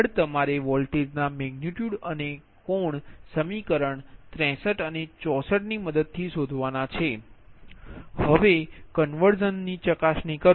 આગળ તમારે વોલ્ટેજના મેગનિટયુડ અને કોણ સમીકરણ 63 અને 64 મદદથી શોધવાના છે હવે કન્વર્ઝન્સ ની ચકાસણી કરો